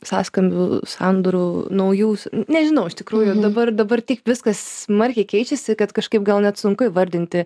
sąskambių sandūrų naujų nežinau iš tikrųjų dabar dabar tiek viskas smarkiai keičiasi kad kažkaip gal net sunku įvardinti